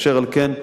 אשר על כן,